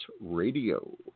radio